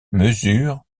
mesure